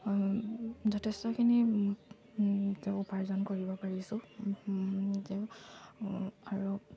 যথেষ্টখিনি উপাৰ্জন কৰিব পাৰিছোঁ যে আৰু